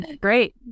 Great